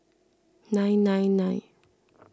nine nine nine